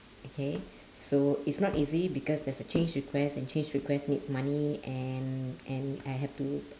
okay so it's not easy because there's a change request and change request needs money and and I have to